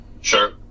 Sure